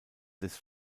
des